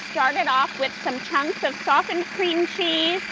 started off with and kind of softened cream cheese.